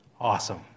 Awesome